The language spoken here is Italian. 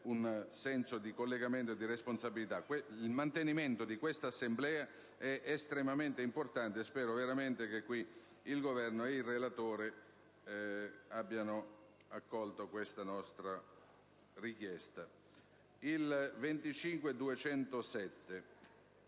un senso di collegamento e di responsabilità. Il mantenimento di tale assemblea è estremamente importante: spero veramente che il Governo e il relatore accoglieranno questa nostra richiesta. Ritiro